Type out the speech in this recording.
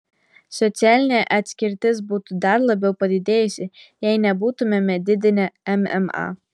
socialinė atskirtis būtų dar labiau padidėjusi jei nebūtumėme didinę mma